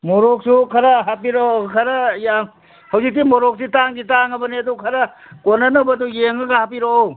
ꯃꯣꯔꯣꯛꯁꯨ ꯈꯔ ꯍꯥꯞꯄꯤꯔꯛꯑꯣ ꯈꯔ ꯌꯥꯝ ꯍꯧꯖꯤꯛꯁꯦ ꯃꯣꯔꯣꯛꯇꯤ ꯇꯥꯡꯗꯤ ꯇꯥꯡꯉꯕꯅꯦ ꯑꯗꯨ ꯈꯔ ꯀꯣꯟꯅꯅꯕꯗꯨ ꯌꯦꯡꯉꯒ ꯍꯥꯞꯄꯤꯔꯛꯑꯣ